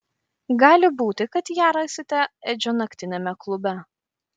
gali būti kad ją rasite edžio naktiniame klube